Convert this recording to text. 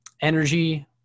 energy